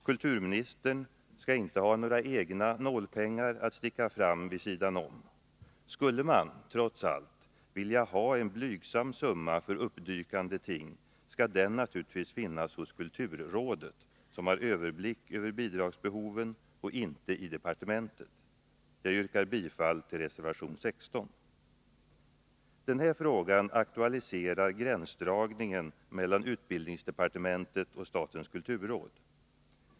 Kulturministern skall inte ha några egna nålpengar att sticka fram vid sidan om. Skulle man, trots allt, vilja ha en blygsam summa för uppdykande ting skall den naturligtvis finnas hos kulturrådet, som har överblick över bidragsbehoven, och inte i departementet. Jag yrkar bifall till reservation 16. Den här frågan aktualiserar gränsdragningen mellan utbildningsdepartementet och statens kulturråd.